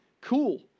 cool